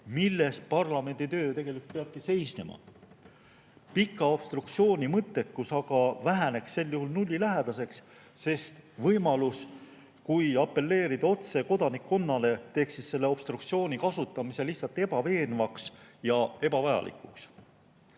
milles parlamendi töö tegelikult peabki seisnema. Pika obstruktsiooni mõttekus aga väheneks sel juhul nullilähedaseks, sest võimalus apelleerida otse kodanikkonnale teeks obstruktsiooni kasutamise ebaveenvaks ja ebavajalikuks.